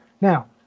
Now